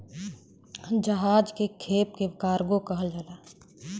जहाज के खेप के कार्गो कहल जाला